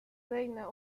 reina